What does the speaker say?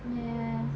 yeah